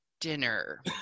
dinner